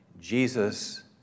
Jesus